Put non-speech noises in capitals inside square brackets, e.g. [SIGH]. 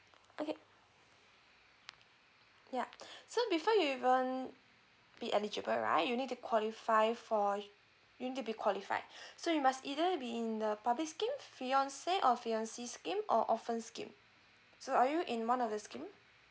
okay ya [BREATH] so before you even be eligible right you need to qualify for you'll need to be qualified [BREATH] so you must either be in the public scheme fiancé or your fiancée scheme or orphan scheme so are you in one of the scheme